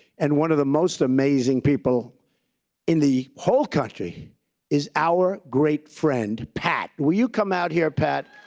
and one of the most amazing people in the whole country is our great friend, pat! will you come out here, pat.